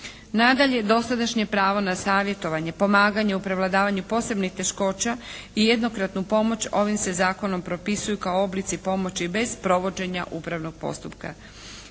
Nadalje, dosadašnje pravo na savjetovanje, pomaganje u prevladavanju posebnih teškoća i jednokratna pomoć ovim se zakonom propisuju kao oblici pomoći bez provođenja upravnog postupka.